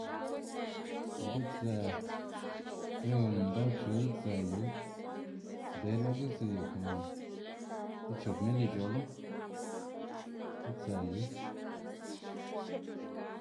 Lë' di'tsë kreo ndalc̲h̲o di'tsë yu nter lo gitslyu yu komo ti chop mil ic̲h̲olu, di'tsë yu.